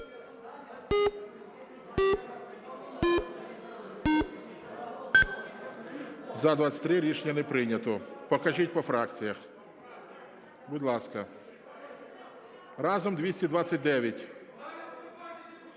За-23 Рішення не прийнято. Покажіть, по фракціях. Будь ласка, разом 229.